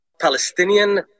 Palestinian